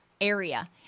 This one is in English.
area